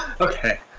Okay